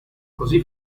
così